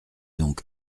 donc